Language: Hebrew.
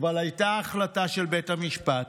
אבל הייתה החלטה של בית המשפט.